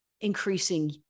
increasing